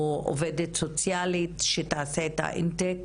או עובדת סוציאלית שתעשה את האינטייק.